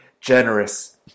generous